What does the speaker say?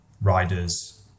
riders